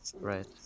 Right